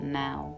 now